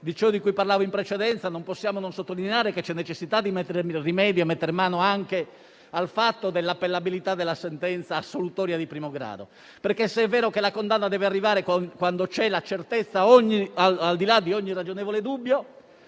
quello di cui parlavo in precedenza, non possiamo non sottolineare la necessità di mettere mano e di rimediare anche al fatto dell'appellabilità della sentenza assolutoria di primo grado, perché, se è vero che la condanna deve arrivare quando c'è la certezza al di là di ogni ragionevole dubbio,